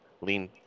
lean